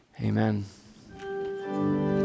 Amen